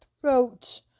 throat